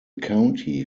county